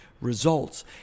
results